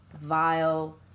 vile